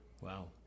Wow